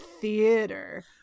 Theater